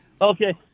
Okay